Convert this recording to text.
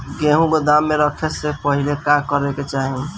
गेहु गोदाम मे रखे से पहिले का का करे के चाही?